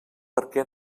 perquè